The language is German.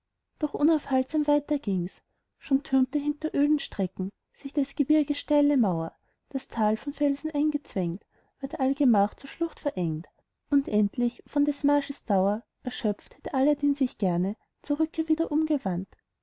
doch unaufhaltsam weiter ging's schon türmte hinter öden strecken sich des gebirges steile mauer das tal von felsen eingezwängt ward allgemach zur schlucht verengt und endlich von des marsches dauer erschöpft hätt aladdin sich gerne zur rückkehr wieder umgewandt